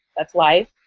that's life